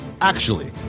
Actually